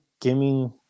gaming